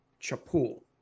Chapul